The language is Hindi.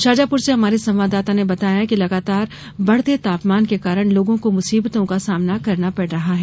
शाजापुर से हमारे संवाददाता ने बताया कि लगातार बढते तापमान के कारण लोगों को मुसीबतों का सामना करना पड़ रहा है